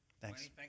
thanks